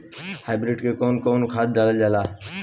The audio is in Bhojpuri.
हाईब्रिड में कउन कउन खाद डालल जाला?